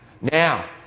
Now